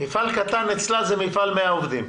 מפעל קטן אצלה זה מפעל 100 עובדים.